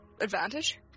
advantage